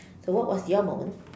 so what was your moment